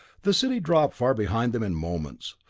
the city dropped far behind them in moments,